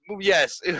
Yes